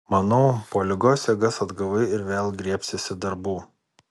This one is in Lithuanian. manau po ligos jėgas atgavai ir vėl griebsiesi darbų